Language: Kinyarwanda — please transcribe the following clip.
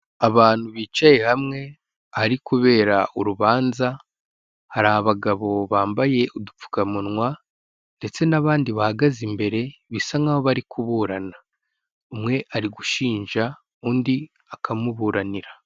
Abantu bicaye hamwe ahari kubera urubanza, hari abagabo bambaye udupfukamunwa ndetse n'abandi bahagaze imbere bisa nkaho bari kuburana, umwe ari gushinja undi akamuburanira.